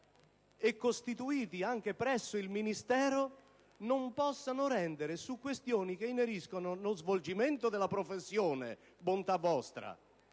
e costituiti anche presso il Ministero non possano rendere pareri su questioni che ineriscono, non solo lo svolgimento della professione - bontà vostra